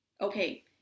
Okay